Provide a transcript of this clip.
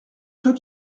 ceux